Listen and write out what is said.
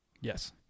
yes